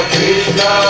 Krishna